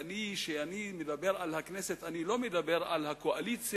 וכשאני מדבר על הכנסת אני לא מדבר על הקואליציה,